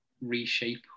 reshape